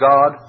God